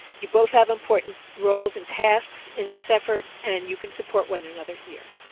you both have important roles and tasks in this effort, and you can support one another here.